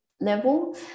level